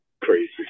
crazy